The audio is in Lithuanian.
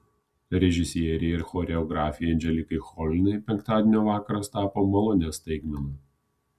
režisierei ir choreografei anželikai cholinai penktadienio vakaras tapo malonia staigmena